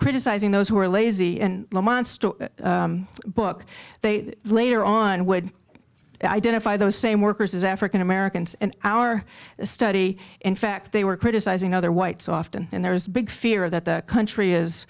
criticizing those who were lazy and book they later on would identify those same workers as african americans and our study in fact they were criticizing other whites often and there is big fear that the country is